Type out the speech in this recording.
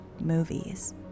movies